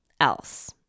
else